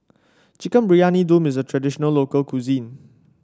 Chicken Briyani Dum is a traditional local cuisine